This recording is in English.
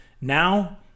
Now